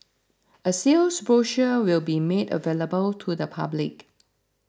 a sales brochure will be made available to the public